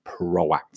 proactive